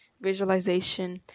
Visualization